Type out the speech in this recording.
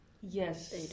Yes